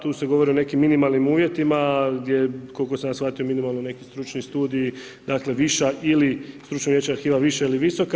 Tu se govori o nekim minimalnim uvjetima gdje koliko sam ja shvatio minimalno neki stručni studij dakle viša ili stručno vijeće arhiva viša ili visoka.